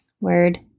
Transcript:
Word